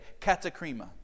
katakrima